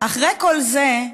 אחרי כל זה,